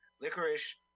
Licorice